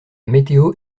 météo